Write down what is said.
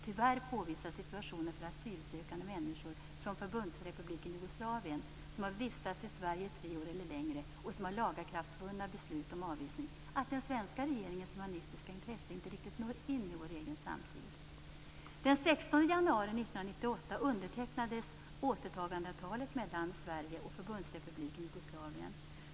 Tyvärr påvisar situationen för asylsökande människor från Förbundsrepubliken Jugoslavien som har vistats i Sverige i tre år eller längre och som har lagakraftvunna beslut om avvisning att den svenska regeringens humanistiska intresse inte riktigt når in i vår egen samtid. Den 16 januari 1998 undertecknades återtagandeavtalet mellan Sverige och Förbundsrepubliken Jugoslavien.